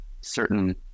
certain